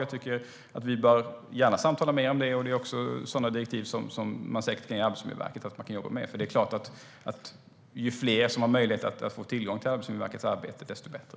Jag tycker att vi bör samtala mer om det, och det är säkert också sådana direktiv som man kan ge Arbetsmiljöverket att jobba med. Det är klart att ju fler som har möjlighet att få tillgång till Arbetsmiljöverkets arbete, desto bättre.